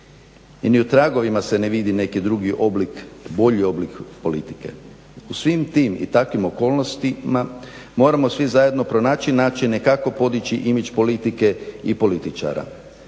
I ni u tragovima se ne vidi neki drugi bolji oblik politike. U svim tim i takvim okolnostima moramo svi zajedno pronaći načine kako podići imidž politike i političara.